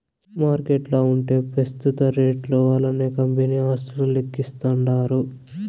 మార్కెట్ల ఉంటే పెస్తుత రేట్లు వల్లనే కంపెనీ ఆస్తులు లెక్కిస్తాండారు